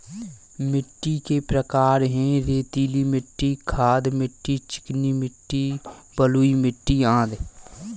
मिट्टी के प्रकार हैं, रेतीली मिट्टी, गाद मिट्टी, चिकनी मिट्टी, बलुई मिट्टी अदि